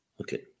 Okay